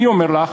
אני אומר לך,